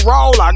Roll